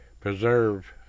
preserve